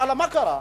ומה קרה?